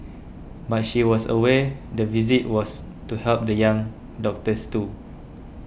but she was aware the visit was to help the young doctors too